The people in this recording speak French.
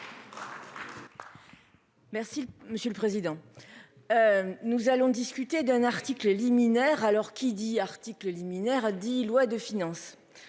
Merci monsieur le président. Nous allons discuter d'un article liminaire, alors qui dit article liminaire dit loi de finances.